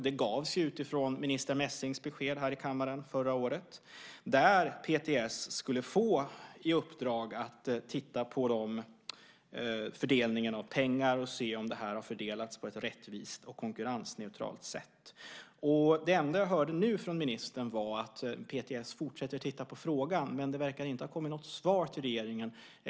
Det gavs utifrån minister Messings besked här i kammaren förra året, att PTS skulle få i uppdrag att titta på fördelningen av pengar och se om de har fördelats på ett rättvist och konkurrensneutralt sätt. Det enda jag hörde från ministern nu var att PTS fortsätter att titta på frågan. Det verkar inte ha kommit något svar till regeringen.